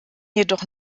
jedoch